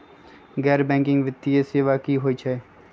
गैर बैकिंग वित्तीय सेवा की होअ हई?